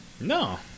No